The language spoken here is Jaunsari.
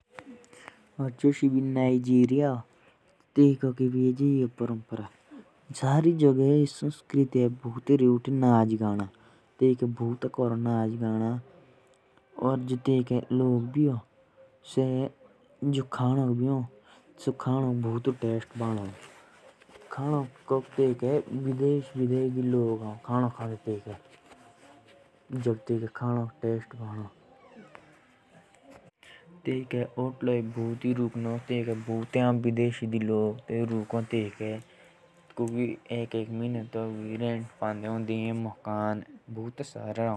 Josh Nigeria भी ह तो तेइको के प्रथा दे भी नाच गन्ना खूब ह। और तेइको खन्नो भी खूब स्वादिष्ट होन। और तेइके टूरिस्ट भी खूब आओ देश विदेशोदी।